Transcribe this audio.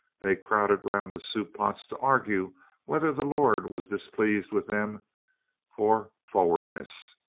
they crowded round the soup pots to argue whether the lord was displeased with them for fro wardness,